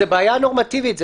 זו בעיה נורמטיבית,